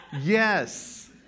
Yes